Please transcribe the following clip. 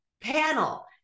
panel